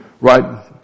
right